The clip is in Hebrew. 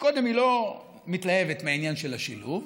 שקודם כול, היא לא מתלהבת מהעניין של השילוב.